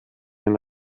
den